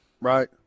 Right